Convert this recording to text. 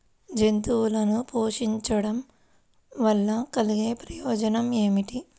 జంతువులను పోషించడం వల్ల కలిగే ప్రయోజనం ఏమిటీ?